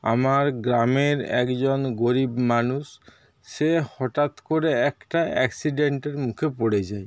আমার গ্রামের একজন গরিব মানুষ সে হঠাৎ করে একটা অ্যাক্সিডেন্টের মুখে পড়ে যায়